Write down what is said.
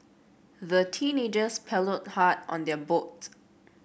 the teenagers paddled hard on their boat